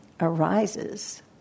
arises